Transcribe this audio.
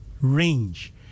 range